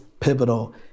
Pivotal